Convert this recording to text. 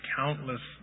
countless